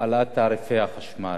העלאת תעריפי החשמל,